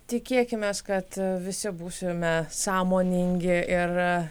tikėkimės kad visi būsime sąmoningi ir